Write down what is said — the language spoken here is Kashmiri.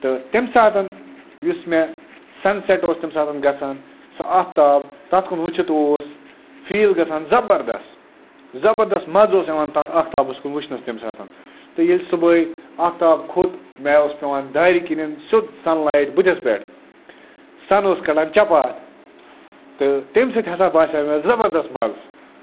تہٕ تَمہِ ساتہٕ یُس مےٚ سَنسٮ۪ٹ اوس تَمہِ ساتہٕ گژھان سُہ آختاب تَتھ کُن وٕچھِتھ اوس فیٖل گژھان زَبردست زَبردَست مَزٕ اوس یِوان تَتھ آختابَس کُن وٕچھنَس تَمہِ ساتہٕ تہٕ ییٚلہِ صُبحٲے آختاب کھوٚت مےٚ اوس پٮ۪وان دارِ کِنۍ سیوٚد سَنلایِٹ بٕتھِس پٮ۪ٹھ سَن اوس کَڑان چپاتھ تہٕ تَمہِ سۭتۍ ہسا باسیو مےٚ زَبردست مَزٕ